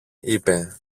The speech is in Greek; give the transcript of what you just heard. είπε